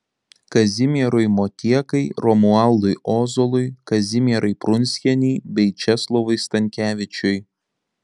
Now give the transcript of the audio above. kazimierui motiekai romualdui ozolui kazimierai prunskienei bei česlovui stankevičiui